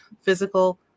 Physical